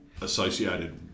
associated